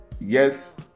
yes